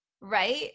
right